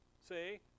See